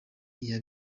iya